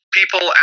people